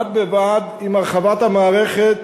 בד בבד עם הרחבת המערכת,